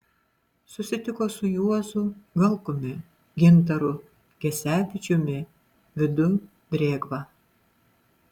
susitiko su juozu galkumi gintaru gesevičiumi vidu drėgva